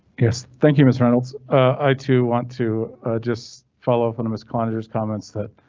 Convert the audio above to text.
yes, thank you, miss reynolds. i too want to just follow up on on this, conjures comments that.